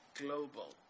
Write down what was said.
global